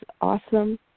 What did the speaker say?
awesome